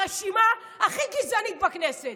הרשימה הכי גזענית בכנסת.